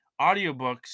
audiobooks